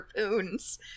harpoons